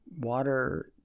Water